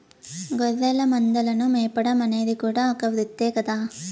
గొర్రెల మందలను మేపడం అనేది కూడా ఒక వృత్తే కదా